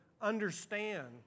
understand